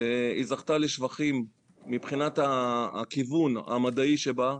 היא זכתה לשבחים מבחינת הכיוון המדעי שבה,